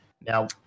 Now